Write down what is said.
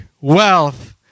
wealth